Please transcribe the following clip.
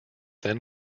then